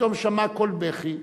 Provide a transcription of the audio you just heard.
ופתאום שמעה קול בכי.